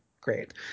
Great